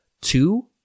two